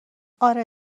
آره